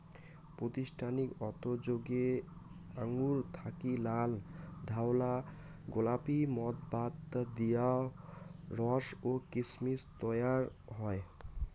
প্রাতিষ্ঠানিক উতোযোগে আঙুর থাকি নাল, ধওলা, গোলাপী মদ বাদ দিয়াও রস ও কিসমিস তৈয়ার হয়